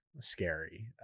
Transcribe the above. scary